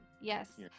Yes